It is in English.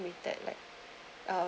automated like uh